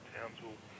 Townsville